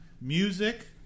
music